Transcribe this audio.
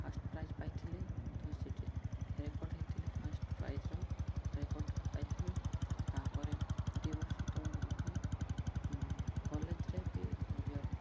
first prize ପାଇଥିଲି ତ ସେଠି ରେକର୍ଡ଼ ହେଇଥିଲି ଫାର୍ଷ୍ଟ ପ୍ରାଇଜ୍ର ରେକର୍ଡ଼ ପାଇଥିଲେ ତାପରେ ଦୁଇ ବର୍ଷ ତଳର କଥା କଲେଜ୍ରେ ବି ମଧ୍ୟ